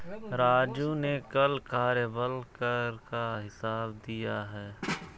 राजू ने कल कार्यबल कर का हिसाब दिया है